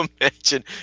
imagine